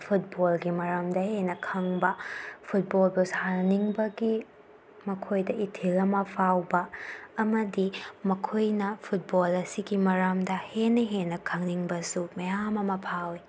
ꯐꯨꯠꯕꯣꯜꯒꯤ ꯃꯔꯝꯗ ꯍꯦꯟꯅ ꯈꯪꯕ ꯐꯨꯠꯕꯣꯜꯕꯨ ꯁꯥꯟꯅꯅꯤꯡꯕꯒꯤ ꯃꯈꯣꯏꯗ ꯏꯊꯤꯜ ꯑꯃ ꯐꯥꯎꯕ ꯑꯃꯗꯤ ꯃꯈꯣꯏꯅ ꯐꯨꯠꯕꯣꯜ ꯑꯁꯤꯒꯤ ꯃꯔꯝꯗ ꯍꯦꯟꯅ ꯍꯦꯟꯅ ꯈꯪꯅꯤꯡꯕꯁꯨ ꯃꯌꯥꯝ ꯑꯃ ꯐꯥꯎꯋꯤ